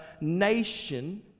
nation